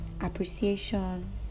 appreciation